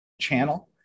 channel